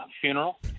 funeral